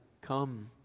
come